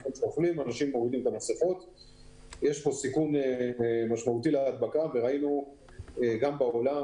יש פה סיכון משמעותי להדבקה וראינו גם בעולם